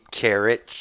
Carrots